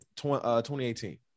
2018